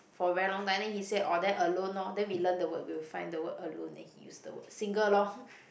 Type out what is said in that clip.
for a very long time then he say orh then alone lor then we learn the word we will find the word alone then he use the word single lor